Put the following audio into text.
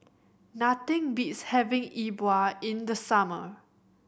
nothing beats having E Bua in the summer